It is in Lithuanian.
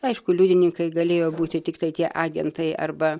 aišku liudininkai galėjo būti tiktai tie agentai arba